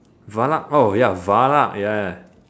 Valak oh ya Valak ya